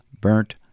burnt